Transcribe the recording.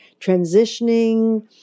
transitioning